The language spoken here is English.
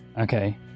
Okay